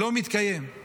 לא מתקיים.